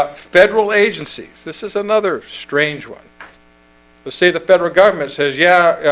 ah federal agencies. this is another strange one let's say the federal government says yeah,